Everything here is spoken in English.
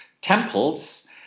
temples